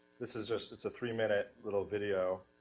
this is just, it's a three-minute little video,